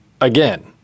again